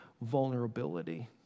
vulnerability